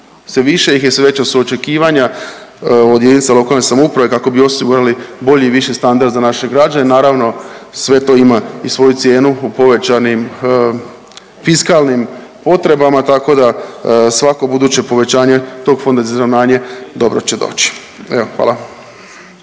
Sve više ih je, sve veća su očekivanja od jedinica lokalne samouprave kako bi osigurali bolji i viši standard za naše građane. Naravno sve to ima i svoju cijenu u povećanim fiskalnim potrebama, tako da svako buduće povećanje tog Fonda za izravnanje dobro će doći. Evo hvala.